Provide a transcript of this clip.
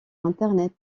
internet